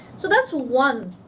so that's one